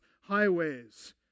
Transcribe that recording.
highways